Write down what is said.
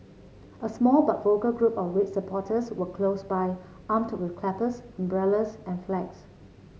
a small but vocal group of red supporters were close by armed with clappers umbrellas and flags